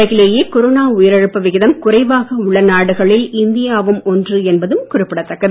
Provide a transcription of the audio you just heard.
உலகிலேயே கொரோனா உயிரிழப்பு விகிதம் குறைவாக உள்ள நாடுகளில் இந்தியாவும் ஒன்று என்பதும் குறிப்பிடத்தக்கது